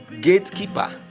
gatekeeper